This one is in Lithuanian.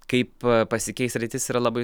kaip pasikeis sritis yra labai